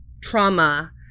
trauma